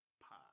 pie